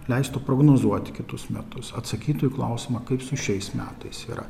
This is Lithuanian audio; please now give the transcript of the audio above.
leistų prognozuoti kitus metus atsakytų į klausimą kaip su šiais metais yra